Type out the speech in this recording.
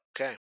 Okay